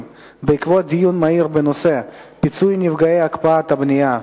בעקבות דיון מהיר בנושא: פיצוי נפגעי הקפאת הבנייה,